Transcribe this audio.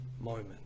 moment